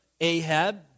Ahab